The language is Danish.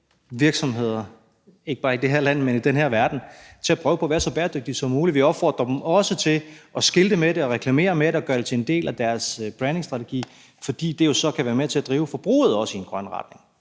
virksomheder – ikke bare i det her land, men i den her verden – til at prøve på at være så bæredygtige som muligt, og vi opfordrer dem også til at skilte med det og reklamere med det og gøre det til en del af deres brandingstrategi, fordi det jo så kan være med til også at drive forbruget i en grøn retning.